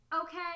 okay